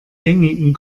gängigen